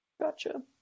gotcha